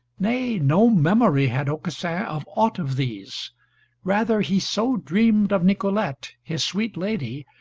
nay, no memory had aucassin of aught of these rather he so dreamed of nicolete, his sweet lady,